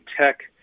tech